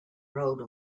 rode